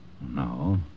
No